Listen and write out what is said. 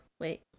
Wait